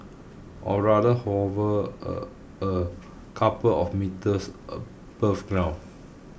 or rather hover a a couple of metres above ground